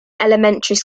elementary